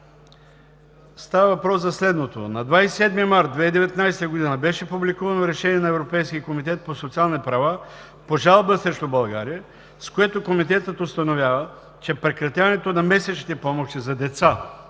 Става въпрос за следното. На 27 март 2019 г. беше публикувано решение на Европейския комитет по социални права по жалба срещу България, с което Комитетът установява, че прекратяването на месечните помощи за деца,